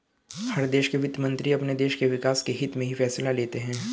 हर देश के वित्त मंत्री अपने देश के विकास के हित्त में ही फैसले लेते हैं